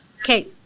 okay